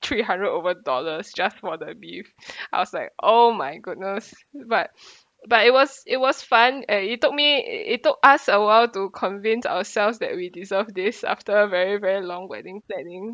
three hundred over dollars just for the beef I was like oh my goodness but but it was it was fun uh it took me i~ it took us a while to convince ourselves that we deserve this after a very very long wedding planning